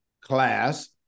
class